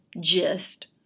gist